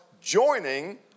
joining